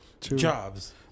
jobs